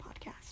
podcast